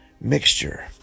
mixture